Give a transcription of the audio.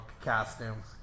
costumes